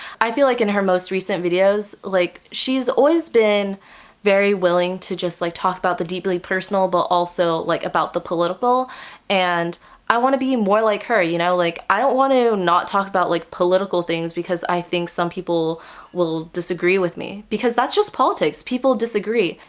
i feel like in her most recent videos, like she's always been very willing to just like talk about the deeply personal but also like about the political and i want to be more like her. you know like i don't want to not talk about like political things because i think some people will disagree with me because that's just politics. people disagree.